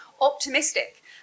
optimistic